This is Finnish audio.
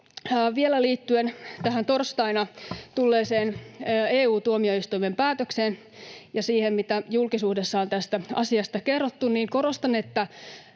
Vielä liittyen tähän torstaina tulleeseen EU-tuomioistuimen päätökseen ja siihen, mitä julkisuudessa on tästä asiasta kerrottu: Korostan, että